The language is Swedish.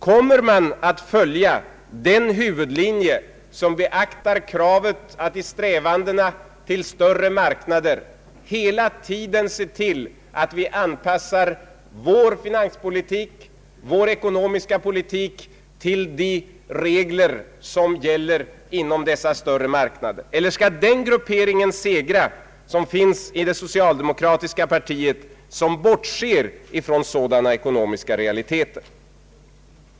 Kommer man att följa den huvudlinje som beaktar kravet att i strävandena till större marknader hela tiden se till att vi anpassar vår finanspolitik, vår ekonomiska politik till de regler som gäller inom dessa större marknader? Eller skall den gruppering segra inom det socialdemokratiska partiet som bortser från sådana ekonomiska realiteter?